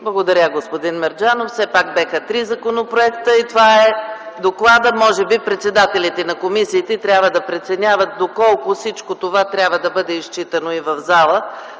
Благодаря, господин Мерджанов. Все пак, бяха три законопроекта и това е докладът. Може би председателите на комисии трябва да преценяват доколко всичко това трябва да бъде изчитано в залата,